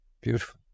Beautiful